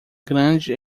grande